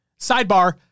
Sidebar